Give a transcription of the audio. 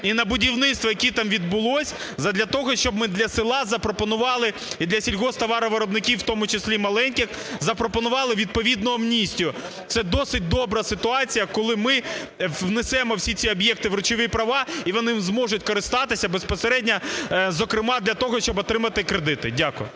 і на будівництво, яке там відбулося, задля того, щоб ми для села запропонувала і для сільгосптоваровиробників, в тому числі маленьких, запропонували відповідну амністію. Це досить добра ситуація, коли ми внесемо всі ці об'єкти в речові права і вони зможуть користатися безпосередньо, зокрема, для того, щоб отримати кредити. Дякую.